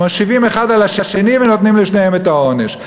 מושיבים אחד על השני ונותנים לשניהם את העונש.